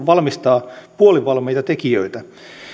valmistaa puolivalmiita tekijöitä